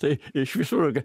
tai iš visur